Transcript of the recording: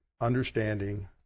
understanding